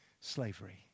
slavery